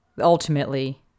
ultimately